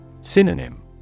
Synonym